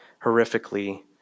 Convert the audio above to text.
horrifically